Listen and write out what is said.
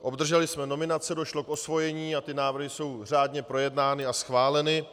Obdrželi jsme nominace, došlo k osvojení a ty návrhy jsou řádně projednány a schváleny.